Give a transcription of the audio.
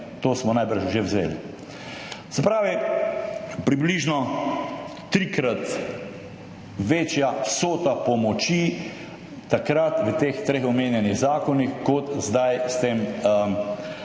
To smo najbrž že vzeli. Se pravi, približno trikrat večja vsota pomoči, takrat, v teh treh omenjenih zakonih, kot zdaj s to